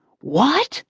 what!